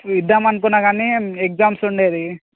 ఇద్దాము అనుకున్నాను కానీ ఎగ్జామ్స్ ఉండేది